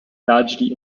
largely